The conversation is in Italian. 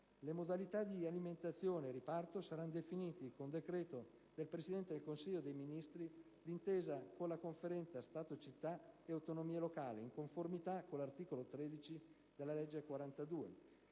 Le modalità di alimentazione e riparto saranno definite con decreto del Presidente del Consiglio dei ministri, di intesa con la Conferenza Stato-Città ed autonomie locali, in conformità con l'articolo 13 della legge 5